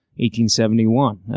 1871